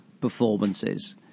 performances